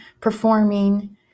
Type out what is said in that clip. performing